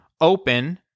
open